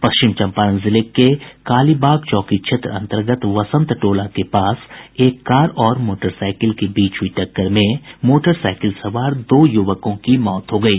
पश्चिमी चंपारण जिले के कालीबाग चौकी क्षेत्र अंतर्गत वसंत टोला के पास एक कार और मोटरसाईकिल के बीच हुई टक्कर में मोटरसाईकिल सवार दो युवकों की मौत हो गयी